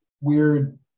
weird